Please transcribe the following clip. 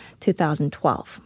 2012